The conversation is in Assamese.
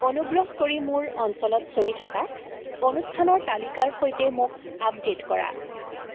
অনুগ্ৰহ কৰি মোৰ অঞ্চলত চলি থকা অনুষ্ঠানৰ তালিকাৰ সৈতে মোক আপডেট কৰা